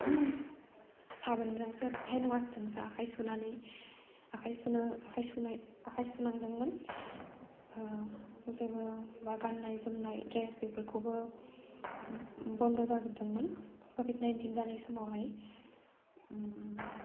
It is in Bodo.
साबोनजोंसो हेन्द वास जों आखाइ सुनानै आखाइ सुनो आखाइ सुनाय आखाइ सुनांदोंमोन जेबो बा गाननाय जोमनाय ड्रेस बेफोरखौबो बन्द' जाजोबदोंमोन कभिड नाइन्टिन जानाय समावहाय